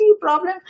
problem